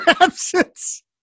absence